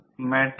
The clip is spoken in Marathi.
272 असेल तर 1